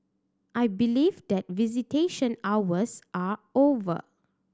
I believe that visitation hours are over